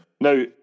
Now